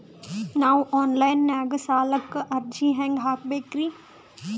ನಾವು online ದಾಗ ಸಾಲಕ್ಕ ಅರ್ಜಿ ಹೆಂಗ ಹಾಕಬೇಕ್ರಿ?